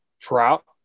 trout